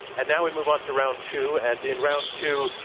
and now we move onto round two. and in round two,